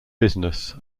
business